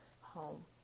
home